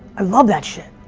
i love that shit!